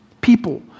people